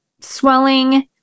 swelling